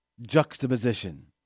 juxtaposition